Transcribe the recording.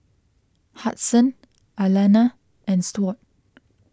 Hudson Alana and Stuart